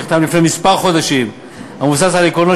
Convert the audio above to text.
שנחתם לפני כמה חודשים ומבוסס על עקרונות